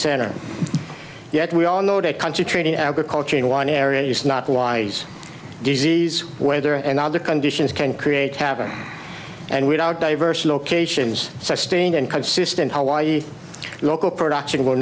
center yet we all know that country treating agriculture in one area is not wise disease weather and other conditions can create havoc and weed out diverse locations sustained and consistent hawai'i local production will